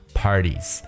parties